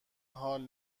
حال